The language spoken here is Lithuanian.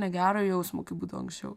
negero jausmo kaip būdavo anksčiau